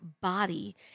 body